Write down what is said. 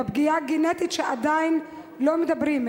פגיעה גנטית שעדיין לא מדברים עליה?